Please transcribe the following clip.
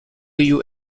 you